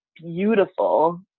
beautiful